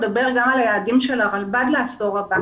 בהמשך אני אדבר גם על היעדים של הרלב"ד לעשור הבא